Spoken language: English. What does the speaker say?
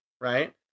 right